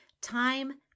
Time